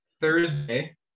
Thursday